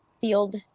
field